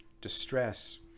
distress